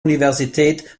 universität